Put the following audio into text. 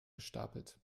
gestapelt